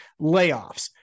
layoffs